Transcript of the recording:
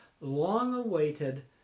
long-awaited